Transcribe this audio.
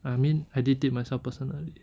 I mean I did it myself personally